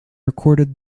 recorded